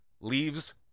leaves